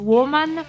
Woman